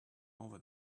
over